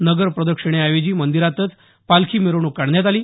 नगर प्रदक्षिणेऐवजी मंदिरातच पालखी मिरवणुक काढण्यात आली